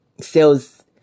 sales